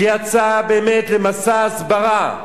שיצא באמת למסע הסברה,